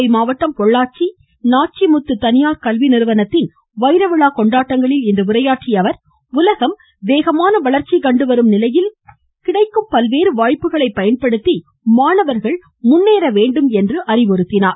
கோவை மாவட்டம் பொள்ளாச்சி நாச்சிமுத்து தனியார் கல்வி நிறுவனத்தின் வைர விழா கொண்டாட்டங்களில் இன்று உரையாற்றிய அவர் உலகம் வேகமான வளர்ச்சி கண்டு வரும் நிலையில் கிடைக்கும் பல்வேறு வாய்ப்புகளை பயன்படுத்தி மாணவர்கள் முன்னேற வேண்டும் என்று அறிவுறுத்தினார்